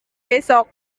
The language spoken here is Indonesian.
besok